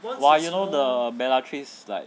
!wah! you know the bellatrix